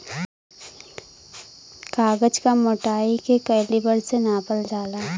कागज क मोटाई के कैलीबर से नापल जाला